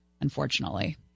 Unfortunately